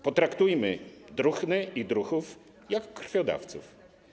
Potraktujmy druhny i druhów jak krwiodawców.